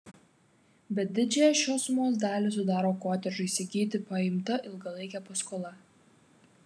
bet didžiąją šios sumos dalį sudaro kotedžui įsigyti paimta ilgalaikė paskola